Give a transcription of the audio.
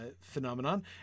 phenomenon